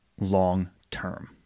long-term